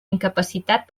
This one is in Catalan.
incapacitat